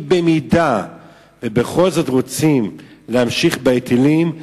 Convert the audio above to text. אם, במידה שבכל זאת רוצים להמשיך בהיטלים,